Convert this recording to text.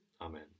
Amen